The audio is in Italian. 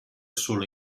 solo